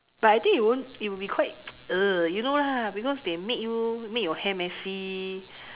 but I think it won't it will be quite you know lah because they make you make your hair messy